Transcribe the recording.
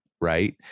right